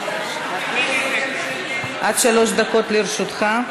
עד שלוש דקות לרשותך.